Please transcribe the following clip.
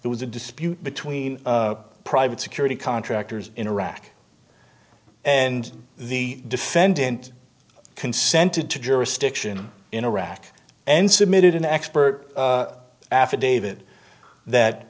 there was a dispute between private security contractors in iraq and the defendant consented to jurisdiction in iraq and submitted an expert affidavit that